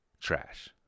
trash